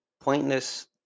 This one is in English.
pointless